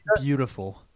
beautiful